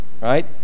Right